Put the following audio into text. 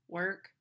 work